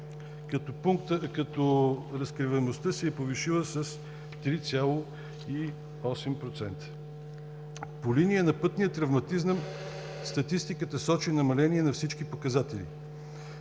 с 30%, като разкриваемостта се е повишила с 3,8%. По линия на пътния травматизъм статистиката сочи намаления на всички показатели.